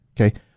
okay